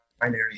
binary